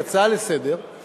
היא הצעה לסדר-היום,